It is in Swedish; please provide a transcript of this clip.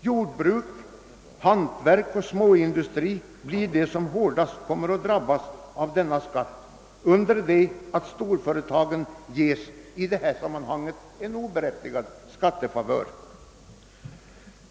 Jordbruk, hantverk och småindustri blir de som hårdast kommer att drabbas av denna skatt, under det att storföretagen ges en oberättigad skattefavör.